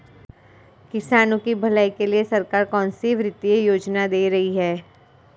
किसानों की भलाई के लिए सरकार कौनसी वित्तीय योजना दे रही है?